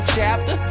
chapter